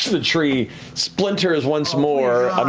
the tree splinters once more,